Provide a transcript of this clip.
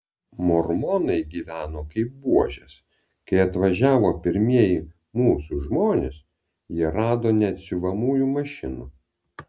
mormonai gyveno kaip buožės kai atvažiavo pirmieji mūsų žmonės jie rado net siuvamųjų mašinų